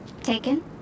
Taken